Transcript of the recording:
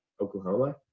Oklahoma